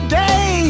day